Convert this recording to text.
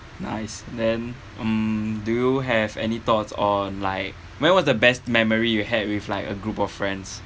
nice then um do you have any thoughts on like when was the best memory you had with like a group of friends